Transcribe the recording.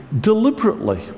deliberately